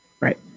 right